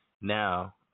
now